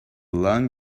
long